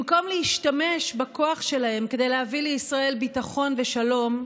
במקום להשתמש בכוח שלהם כדי להביא לישראל ביטחון ושלום,